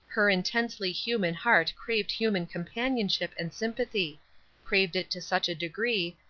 her intensely human heart craved human companionship and sympathy craved it to such a degree,